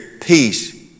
peace